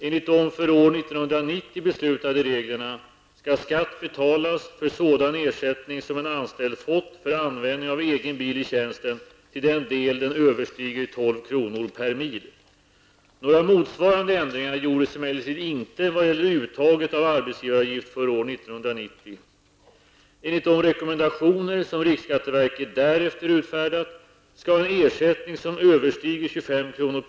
Enligt de för år 1990 beslutade reglerna skall skatt betalas för sådan ersättning som en anställd fått för användning av egen bil i tjänsten till den del den överstiger 12 kr. per mil. Några motsvarande ändringar gjordes emellertid inte vad gäller uttaget av arbetsgivaravgift för år 1990. Enligt de rekommendationer som riksskatteverket därefter utfärdat skall en ersättning som överstiger 25 kr.